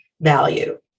value